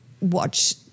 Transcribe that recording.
watch